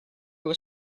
was